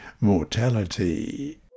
mortality